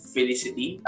Felicity